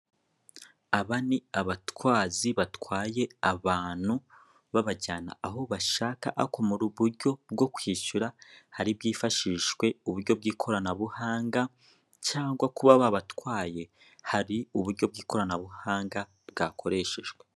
Aba ni abatwazi batwaye abantu babajyanywe aho bashaka ariko mu buryo bwo kwishyura hari bwifashishwa uburyo bw'ikoranabuhanga, cyangwa kuba babatwaye hari uburyo bw'ikoranabuhanga bwakoreshejwe.